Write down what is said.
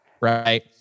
Right